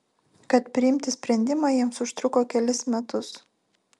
kad priimti sprendimą jiems užtruko kelis metus